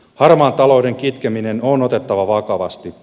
harmaan talouden kitkeminen on otettava vakavasti